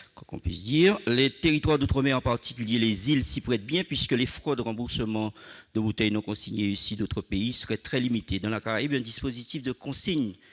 sauvages. Les territoires d'outre-mer, en particulier les îles, s'y prêtent bien, puisque les fraudes- remboursement de bouteilles non consignées issues d'autres pays - y seraient très limitées. Dans la Caraïbe, un dispositif de consigne